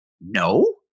No